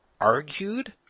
argued